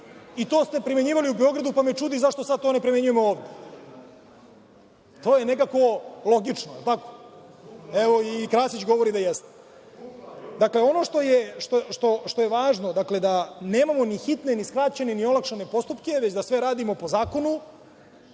i to ste primenjivali u Beogradu, pa me čudi zašto sad to ne primenjujemo ovde. To je nekako logično. Evo, i Krasić govori da jeste. Ono što je važno, da nemamo ni hitne, ni skraćene, ni olakšane postupke, već da sve radimo po zakonu